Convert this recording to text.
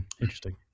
Interesting